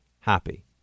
happy